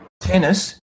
tennis